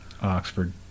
oxford